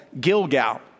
Gilgal